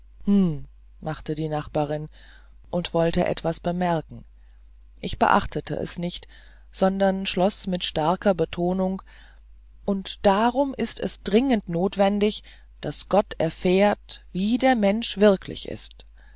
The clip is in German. machte die nachbarin und wollte etwas bemerken ich beachtete es nicht sondern schloß mit starker betonung und darum ist es dringend notwendig daß gott erfährt wie der mensch wirklich ist